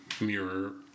mirror